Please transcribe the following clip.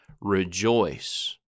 rejoice